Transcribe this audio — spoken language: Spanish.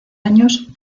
años